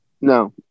No